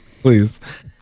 Please